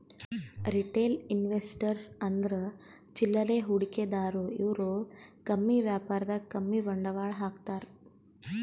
retail investors ಅಂದ್ರ ಚಿಲ್ಲರೆ ಹೂಡಿಕೆದಾರು ಇವ್ರು ಕಮ್ಮಿ ವ್ಯಾಪಾರದಾಗ್ ಕಮ್ಮಿ ಬಂಡವಾಳ್ ಹಾಕ್ತಾರ್